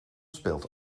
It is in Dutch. speelt